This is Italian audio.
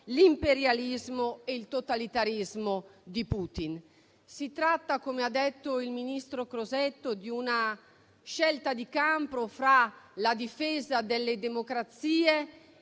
l'imperialismo e il totalitarismo di Putin. Si tratta, come ha detto il ministro Crosetto, di una scelta di campo tra la difesa delle democrazie